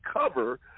cover